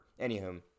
anywho